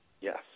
Yes